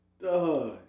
Duh